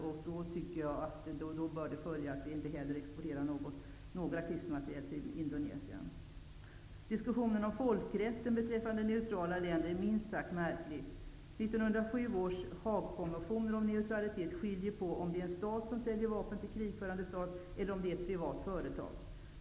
Därav bör följa att vi inte heller exporterar någon krigsmateriel till Indonesien. Diskussionen om folkrätten beträffande neutrala länder är minst sagt märklig. 1907 års Haagkonventioner om neutralitet skiljer på om det är en stat som säljer vapen till krigförande stat eller om det är ett privat företag.